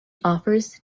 offers